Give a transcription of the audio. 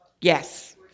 Yes